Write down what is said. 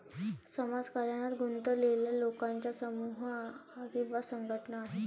समाज कल्याणात गुंतलेल्या लोकांचा समूह किंवा संघटना आहे